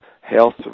Health